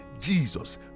Jesus